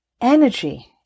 energy